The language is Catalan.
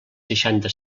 seixanta